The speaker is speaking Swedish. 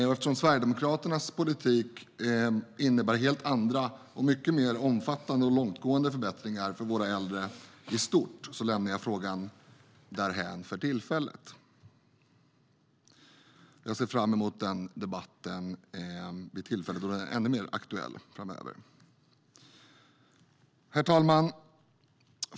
Och eftersom Sverigedemokraternas politik innebär helt andra, och mycket mer omfattande och långtgående, förbättringar för våra äldre i stort, lämnar jag frågan därhän för tillfället. Jag ser fram emot att föra den debatten vid det tillfälle då den framöver är ännu mer aktuell. Herr talman!